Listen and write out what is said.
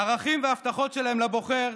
הערכים וההבטחות שלהם לבוחר,